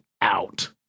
out